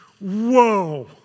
whoa